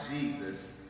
Jesus